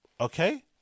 okay